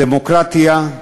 הדמוקרטיה היא